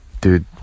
dude